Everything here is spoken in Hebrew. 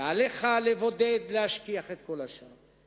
ועליך לבודד ולהשכיח את כל השאר.